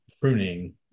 pruning